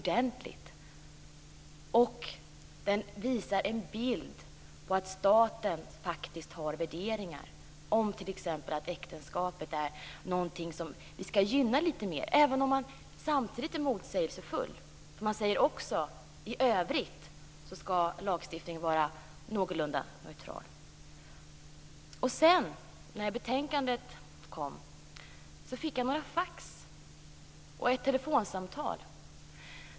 Den visar en bild av att staten faktiskt har värderingen att äktenskapet skall gynnas litet mer. Samtidigt är man motsägelsefull, för i övrigt säger man att lagstiftningen skall vara någorlunda neutral. När betänkandet kom fick jag några fax och ett telefonsamtal.